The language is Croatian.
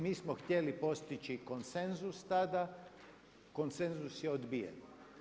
Mi smo htjeli postići konsenzus tada, konsenzus je odbijen.